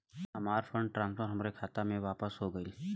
हमार fund transfer हमरे खाता मे वापस हो गईल